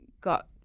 got